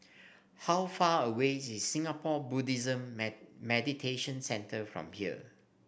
how far away is Singapore Buddhist Meditation Centre from here